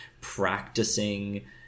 practicing